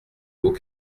vos